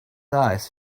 eyes